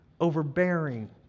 overbearing